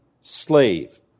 slave